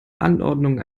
anordnungen